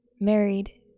married